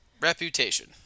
reputation